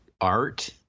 art